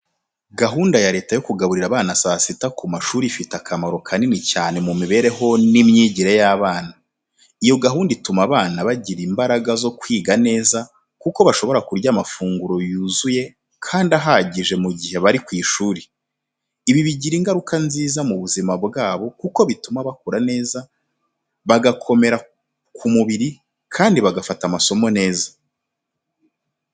Gahunda ya leta yo kugaburira abana saa sita ku mashuri ifite akamaro kanini cyane mu mibereho n’imyigire y’abana. Iyo gahunda ituma abana bagira imbaraga zo kwiga neza kuko bashobora kurya amafunguro yuzuye kandi ahagije mu gihe bari ku ishuri. Ibi bigira ingaruka nziza mu buzima bwabo kuko bituma bakura neza, bagakomera ku mubiri kandi bagafata amasomo neza.